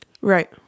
Right